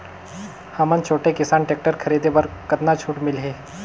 हमन छोटे किसान टेक्टर खरीदे बर कतका छूट मिलही?